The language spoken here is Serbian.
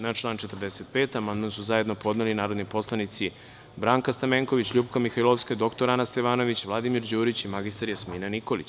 Na član 45. amandman su zajedno podneli narodni poslanici Branka Stamenković, LJupka Mihajlovska, dr Ana Stevanović, Vladimir Đurić i mr Jasmina Nikolić.